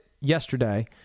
yesterday